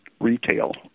retail